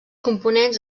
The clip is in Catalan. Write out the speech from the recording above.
components